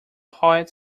poet